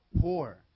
poor